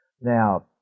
Now